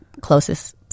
closest